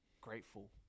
grateful